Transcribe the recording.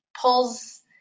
pulls